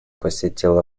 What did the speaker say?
посетил